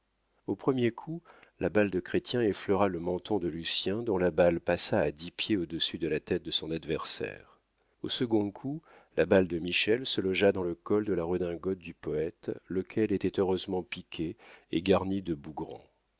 au premier coup la balle de chrestien effleura le menton de lucien dont la balle passa à dix pieds au-dessus de la tête de son adversaire au second coup la balle de michel se logea dans le col de la redingote du poète lequel était heureusement piqué et garni de bougran